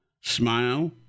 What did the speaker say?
smile